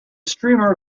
streamer